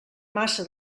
massa